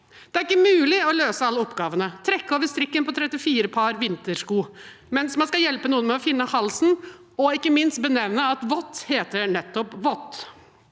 Det er ikke mulig å løse alle oppgavene – trekke over strikken på 34 vintersko, mens man skal hjelpe noen med å finne halsen, og ikke minst benevne at vott heter nettopp vott.